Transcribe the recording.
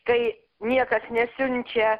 kai niekas nesiunčia